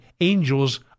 angels